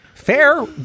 Fair